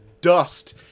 Dust